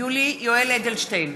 יולי יואל אדלשטיין,